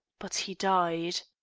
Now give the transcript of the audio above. but he died.